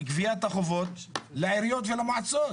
גביית החובות לעיריות ולמועצות.